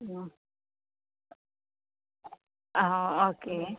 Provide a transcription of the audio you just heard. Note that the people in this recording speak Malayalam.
ആ ആ ആ ഓക്കെ